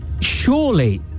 surely